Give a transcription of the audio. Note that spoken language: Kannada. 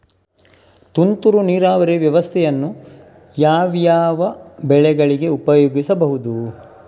ತುಂತುರು ನೀರಾವರಿ ವ್ಯವಸ್ಥೆಯನ್ನು ಯಾವ್ಯಾವ ಬೆಳೆಗಳಿಗೆ ಉಪಯೋಗಿಸಬಹುದು?